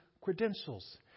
credentials